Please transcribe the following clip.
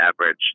average